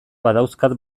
badauzkat